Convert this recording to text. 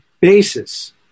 basis